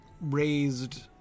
raised